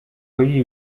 kuri